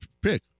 pick